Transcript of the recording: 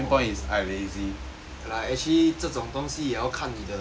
okay lah actually 这种东西也要看你的